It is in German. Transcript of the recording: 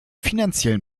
finanziellen